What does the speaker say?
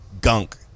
gunk